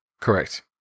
Correct